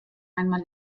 einmal